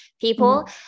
people